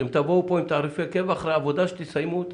אתם תבואו לכאן עם תעריפי קבע אחרי עבודה שתסיימו אותה.